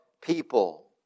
people